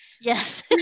Yes